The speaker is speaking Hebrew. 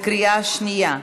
בקריאה שנייה.